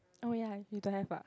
oh ya you don't have ah